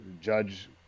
judge